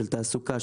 של תעסוקה,